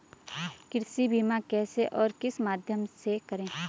कृषि बीमा कैसे और किस माध्यम से करें?